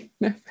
No